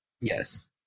yes